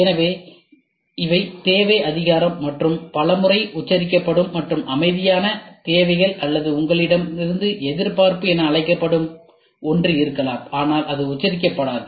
எனவே இவை அங்கீகாரத்தேவை மற்றும் பல முறை உச்சரிக்கப்படும் மற்றும் அமைதியான தேவைகள் அல்லது உங்களிடமிருந்து எதிர்பார்ப்பு என்று அழைக்கப்படும் ஒன்று இருக்கலாம் ஆனால் அது உச்சரிக்கப்படாது